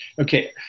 Okay